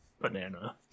banana